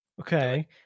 Okay